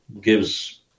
gives